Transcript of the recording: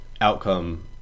outcome